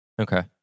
Okay